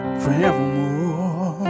forevermore